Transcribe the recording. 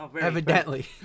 Evidently